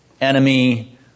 enemy